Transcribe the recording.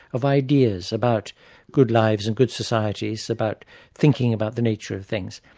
of ideas about good lives and good societies, about thinking about the nature of things,